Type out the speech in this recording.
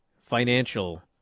financial